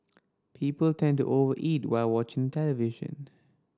people tend to over eat while watching television